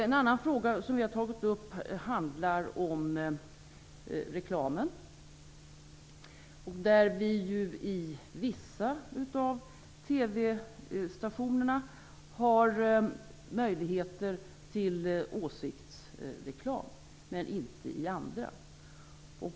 En annan fråga som vi har tagit upp handlar om reklamen. I vissa TV-stationer finns möjlighet till åsiktsreklam, men inte i andra.